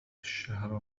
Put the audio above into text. الشهر